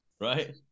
Right